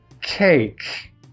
cake